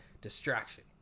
distraction